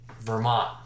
Vermont